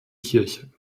kirche